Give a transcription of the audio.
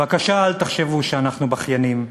בבקשה אל תחשבו שאנחנו בכיינים,